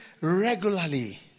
regularly